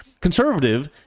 Conservative